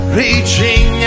reaching